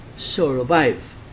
survive